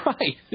Right